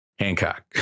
Hancock